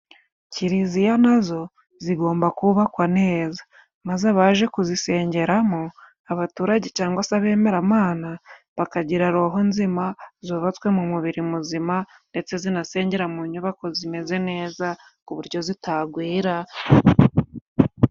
Kiliziya nazo, zigomba kubakwa neza, maze abaje kuzisengeramo abaturage cyangwa se abemeramana bakagira roho nzima zubatswe mu mubiri muzima, ndetse zinasengera mu nyubako zimeze neza ku buryo zitagwira.